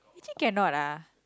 actually cannot ah